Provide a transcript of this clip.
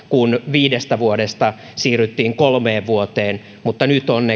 viidestä vuodesta siirryttiin kolmeen vuoteen nyt onneksi palautetaan